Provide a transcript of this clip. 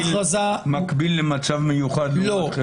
מקביל למצב מיוחד לאירוע חירום?